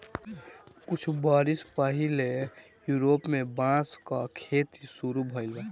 कुछ बरिस पहिले यूरोप में बांस क खेती शुरू भइल बा